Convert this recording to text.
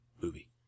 movie